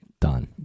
Done